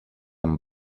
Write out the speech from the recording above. amb